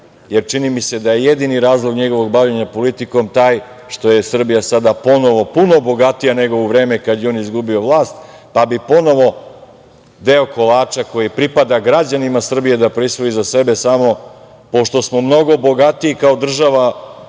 jer čini mi se da je jedini razlog njegovog bavljenja politikom taj što je Srbija sada ponovo puno bogatija nego u vreme kada je on izgubio vlast, pa bi ponovo deo kolača koji pripada građanima Srbije da prisvoji za sebe samo, pošto smo mnogo bogatiji kao država